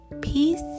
peace